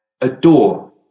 adore